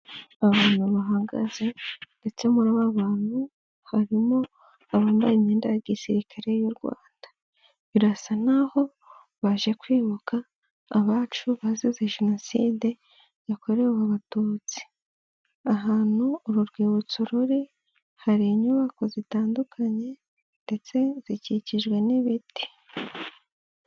Abantu bahagaze ndetse muri abo bantu harimo abambaye imyenda ya gisirikare y'u Rwanda birasa nkaho baje kwibuka abacu bazize jenoside yakorewe Abatutsi, ahantu uru rwibutso ruri hari inyubako zitandukanye ndetse zikikijwe n'ibiti.